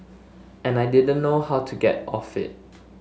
and I didn't know how to get off it